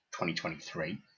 2023